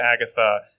Agatha